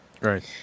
Right